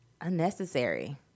unnecessary